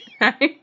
Right